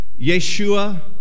Yeshua